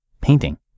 painting